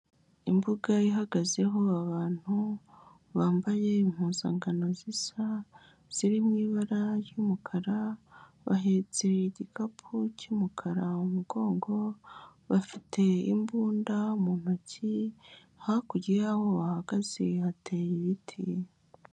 Imbuga ihagazeho abantu, bambaye impuzangano zisa, ziri mu ibara ry'umukara, bahetse igikapu cy'umukara mu mugongo, bafite imbunda mu ntoki, hakurya y'aho bahagaze hateye ibiti.